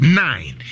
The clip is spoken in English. nine